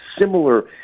similar